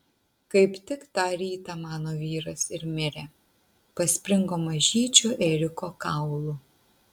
kaip tik tą rytą mano vyras ir mirė paspringo mažyčiu ėriuko kaulu